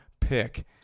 pick